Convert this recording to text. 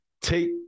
take